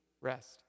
rest